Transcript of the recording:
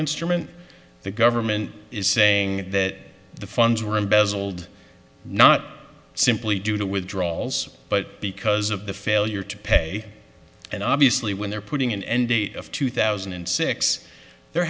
instrument the government is saying that the funds were embezzled not simply due to withdrawals but because of the failure to pay and obviously when their putting an end date of two thousand and six there